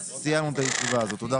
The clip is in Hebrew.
סיימנו את הישיבה הזאת, תודה רבה.